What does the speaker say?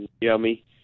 yummy